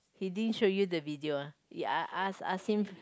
he didn't show you the video uh ya ask ask him